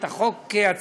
את החוק עצמו,